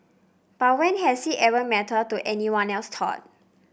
but when has it ever mattered to anyone else thought